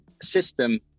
system